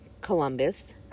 Columbus